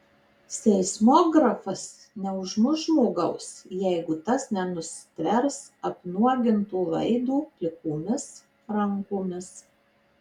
seismografas neužmuš žmogaus jeigu tas nenustvers apnuoginto laido plikomis rankomis